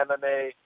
MMA